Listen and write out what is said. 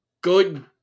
Good